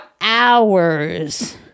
hours